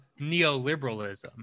neoliberalism